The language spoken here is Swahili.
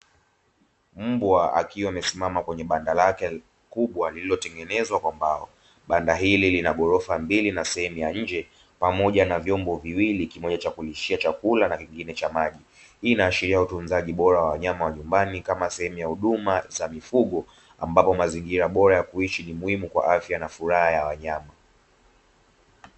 Mbwa akiwa amesimama kwenye banda lake kubwa lililotengenezwa kwa mbao, banda hili lina ghorofa mbili na sehemu ya nje pamoja na vyombo viwili (kimoja cha kulishia chakula na kingine cha maji). Hii inaashiria utunzaji bora wa wanyama wa nyumbani kama sehemu ya huduma za mifugo, ambapo mazingira bora ya kuishi ni muhimu kwa afya na furaha ya wanyama.